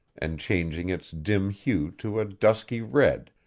and changing its dim hue to a dusky red,